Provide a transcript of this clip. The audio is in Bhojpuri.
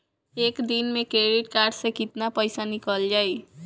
एक दिन मे क्रेडिट कार्ड से कितना पैसा निकल जाई?